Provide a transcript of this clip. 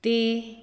ਅਤੇ